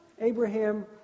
Abraham